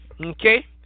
Okay